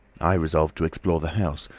i resolved to explore the house,